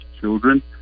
children